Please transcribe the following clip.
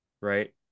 right